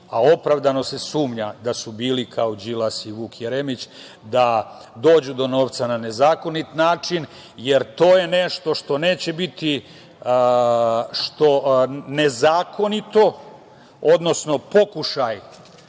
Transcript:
a opravdano se sumnja da su bili kao Đilas i Vuk Jeremić, da dođu do novca na nezakonit način, jer to je nešto što neće biti nezakonito, odnosno pokušaj